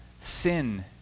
sin